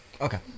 Okay